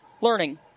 Learning